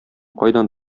кайдан